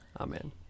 Amen